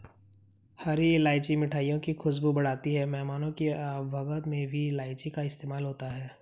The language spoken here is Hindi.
हरी इलायची मिठाइयों की खुशबू बढ़ाती है मेहमानों की आवभगत में भी इलायची का इस्तेमाल होता है